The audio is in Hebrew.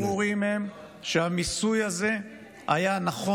הנתונים הברורים הם שהמיסוי הזה היה נכון